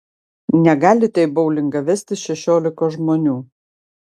negalite į boulingą vestis šešiolikos žmonių